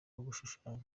gushushanya